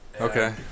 Okay